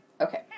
Okay